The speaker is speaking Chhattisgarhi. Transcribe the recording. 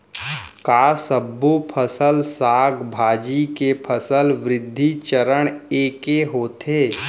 का सबो फसल, साग भाजी के फसल वृद्धि चरण ऐके होथे?